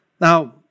Now